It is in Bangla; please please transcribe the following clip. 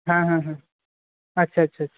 হ্যাঁ হ্যাঁ হ্যাঁ আচ্ছা আচ্ছা আচ্ছা